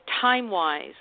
time-wise